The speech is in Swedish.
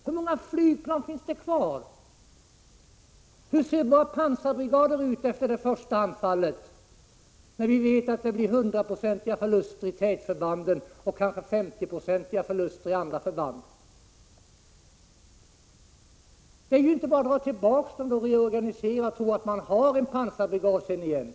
Hur många flygplan finns det kvar, och hur ser våra pansarbrigader ut efter det första anfallet? Vi vet ju att det blir 100-procentiga förluster i tätförbanden och kanske 50-procentiga förluster i andra förband. Det går ju inte att bara dra tillbaka förbanden och reorganisera och tro att man därmed på nytt har en pansarbrigad.